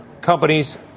companies